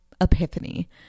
epiphany